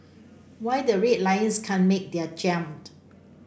why the Red Lions can't make their jump